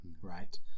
right